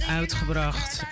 uitgebracht